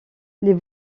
les